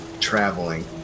traveling